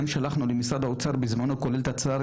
גם שלחנו למשרד האוצר בזמנו כולל תצ"ר,